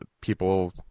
people